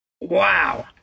Wow